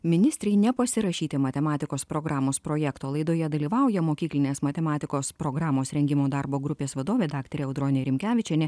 ministrei nepasirašyti matematikos programos projekto laidoje dalyvauja mokyklinės matematikos programos rengimo darbo grupės vadovė daktarė audronė rimkevičienė